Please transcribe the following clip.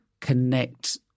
connect